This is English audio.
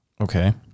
Okay